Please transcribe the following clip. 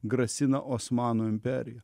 grasina osmanų imperija